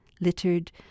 littered